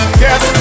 yes